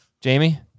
Jamie